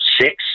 six